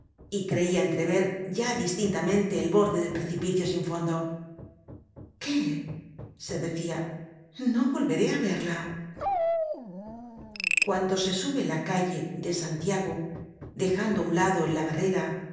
y ereia entrever ya distintamente el borde del precipicio sin fondo qué se decia no volveré á verla cuando se sube la calle de santiago dejando á un lado la barrera